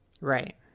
Right